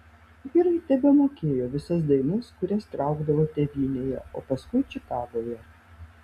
vyrai tebemokėjo visas dainas kurias traukdavo tėvynėje o paskui čikagoje